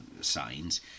signs